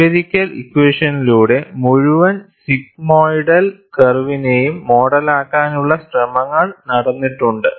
empirical ഇക്വഷനിലൂടെ മുഴുവൻ സിഗ്മോയിഡൽ കർവിനെയും മോഡലാക്കാനുള്ള ശ്രമങ്ങളും നടന്നിട്ടുണ്ട്